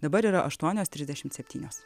dabar yra aštuonios trisdešimt septynios